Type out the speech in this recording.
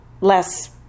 less